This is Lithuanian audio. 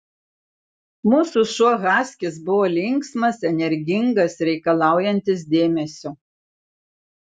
mūsų šuo haskis buvo linksmas energingas reikalaujantis dėmesio